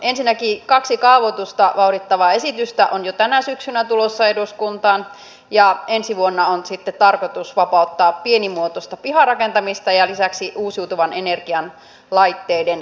ensinnäkin kaksi kaavoitusta vauhdittavaa esitystä on jo tänä syksynä tulossa eduskuntaan ja ensi vuonna on sitten tarkoitus vapauttaa pienimuotoista piharakentamista ja lisäksi uusiutuvan energian laitteiden käyttöönottoa